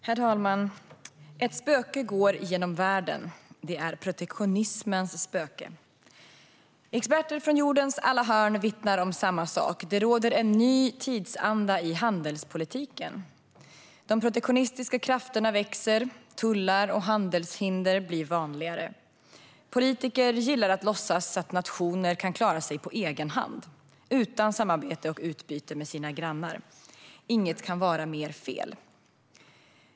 Herr talman! Ett spöke går genom världen; det är protektionismens spöke. Experter från jordens alla hörn vittnar om samma sak: Det råder en ny tidsanda i handelspolitiken. De protektionistiska krafterna växer. Tullar och handelshinder blir vanligare. Politiker gillar att låtsas att nationer kan klara sig på egen hand, utan samarbete och utbyte med sina grannar. Inget kan vara mer fel.